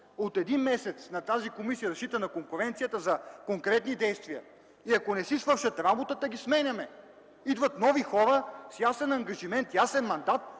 от един месец на Комисията за защита на конкуренцията за конкретни действия. Ако не си свършат работата, ги сменяме. Идват нови хора с ясен ангажимент, ясен мандат,